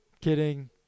kidding